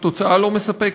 התוצאה לא מספקת.